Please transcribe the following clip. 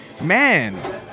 man